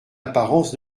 apparence